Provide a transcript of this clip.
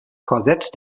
korsett